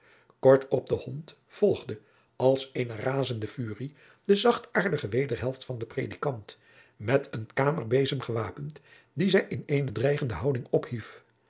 kort op den hond volgde als eene razende furie de zachtaardige wederhelft van den predikant met een kamerbezem gewapend dien zij in eene dreigende houding ophief